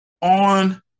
on